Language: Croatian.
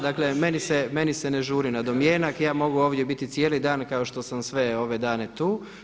Dakle meni se ne žuri na domjenak, ja mogu ovdje biti cijeli dan kao što sam sve ove dane tu.